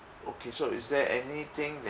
okay so is there anything